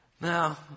Now